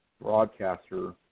broadcaster